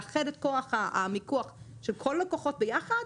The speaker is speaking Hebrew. לאחד את כוח המיקוח של כל הלקוחות ביחד